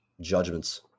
judgments